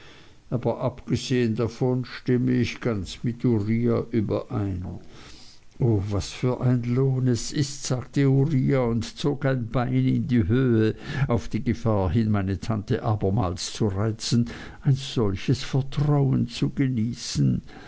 aber abgesehen davon stimme ich ganz mit uriah überein o was für ein lohn es ist sagte uriah und zog ein bein in die höhe auf die gefahr hin meine tante abermals zu reizen ein solches vertrauen zu genießen